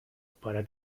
para